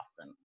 awesome